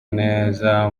neza